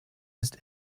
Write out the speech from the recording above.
ist